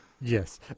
Yes